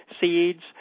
seeds